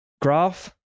graph